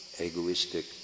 egoistic